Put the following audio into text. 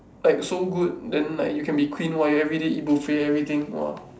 like so good then like you can be queen [what] you every day eat buffet everything !wow!